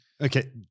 Okay